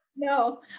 No